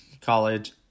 college